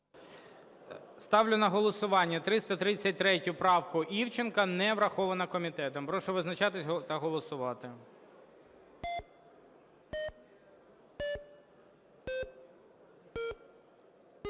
Ставлю на голосування 333 правку Івченка. Не врахована комітетом. Прошу визначатися та голосувати.